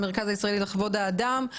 המרכז הישראלי לכבוד האדם,